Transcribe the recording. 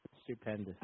Stupendous